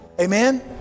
Amen